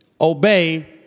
obey